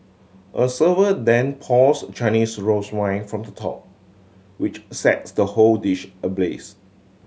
a server then pours Chinese rose wine from the top which sets the whole dish ablaze